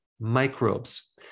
microbes